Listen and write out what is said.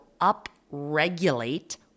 upregulate